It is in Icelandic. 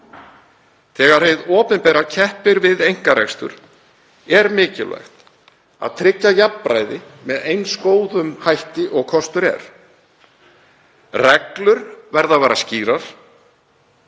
Þegar hið opinbera keppir við einkarekstur er mikilvægt að tryggja jafnræði með eins góðum hætti og kostur er. Reglur verða að vera skýrar